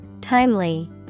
Timely